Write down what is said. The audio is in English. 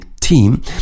Team